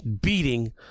beating